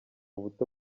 buto